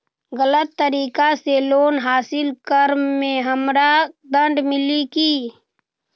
गलत तरीका से लोन हासिल कर्म मे हमरा दंड मिली कि?